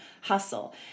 hustle